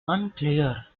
unclear